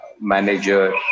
manager